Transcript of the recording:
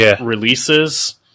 releases